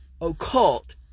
occult